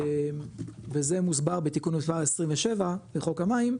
וזה מוסבר בתיקון מספר 27 לחוק המים,